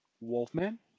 Wolfman